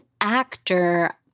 actor